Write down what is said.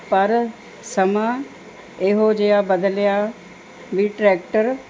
ਪਰ ਸਮਾਂ ਇਹੋ ਜਿਹਾ ਬਦਲਿਆ ਵੀ ਟਰੈਕਟਰ